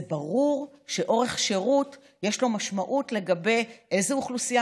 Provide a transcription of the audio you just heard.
זה ברור שלאורך שירות יש משמעות לגבי איזה אוכלוסייה